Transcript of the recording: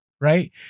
right